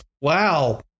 Wow